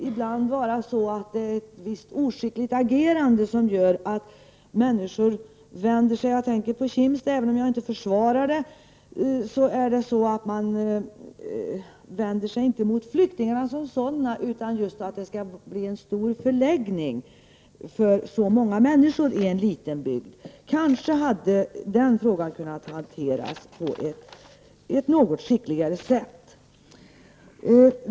Ibland kan det handla om ett oskickligt agerande, jag tänker t.ex. på Kimstad även om jag inte försvarar vad som har hänt där, som gör att dessa människor inte vänder sig mot flyktingarna som sådana utan just mot att det skall bli en stor förläggning för så många människor i en liten bygd. Kanske hade den frågan kunnat hanteras på ett något skickligare sätt.